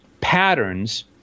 patterns